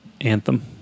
Anthem